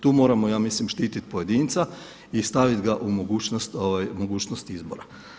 Tu moramo ja mislim štititi pojedinca i staviti ga u mogućnost izbora.